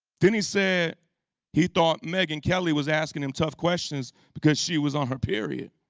then he said he thought megyn kelly was asking him tough questions because she was on her period.